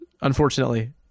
unfortunately